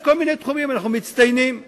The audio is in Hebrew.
יש כל מיני תחומים שאנחנו מצטיינים בהם,